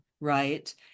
right